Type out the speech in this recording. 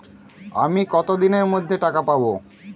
আমি কতদিনের মধ্যে টাকা পাবো?